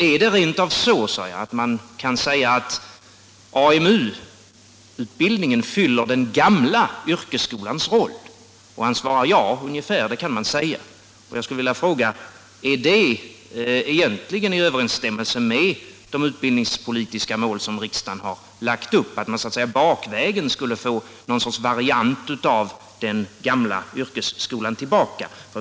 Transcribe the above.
Är det rent av så att man kan säga att AMU-utbildningen fyller den gamla yrkesskolans roll? Och han svarade: Ja, det kan man ungefär säga. Jag skulle vilja fråga: Är det egentligen i överensstämmelse med de utbildningspolitiska mål som riksdagen satt upp att man så att säga bakvägen får tillbaka någon sorts variant av den gamla yrkesskolan?